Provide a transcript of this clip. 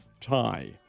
tie